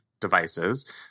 devices